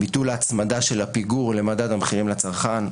ביטול ההצמדה של הפיגור למדד המחירים לצרכן,